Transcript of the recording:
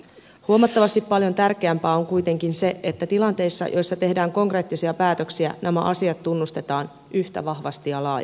huomattavasti paljon tärkeämpää on kuitenkin se että tilanteissa joissa tehdään konkreettisia päätöksiä nämä asiat tunnustetaan yhtä vahvasti ja laajasti